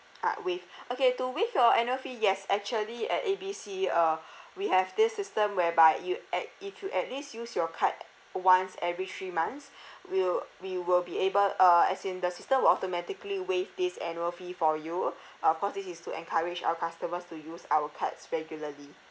ah waive okay to waive your annual fee yes actually at A B C uh we have this system whereby you a~ if you at least use your card once every three months we'll we will be able uh as in the system will automatically waive this annual fee for you of course this is to encourage our customers to use our cards regularly